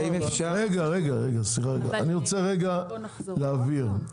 אני רוצה להבהיר.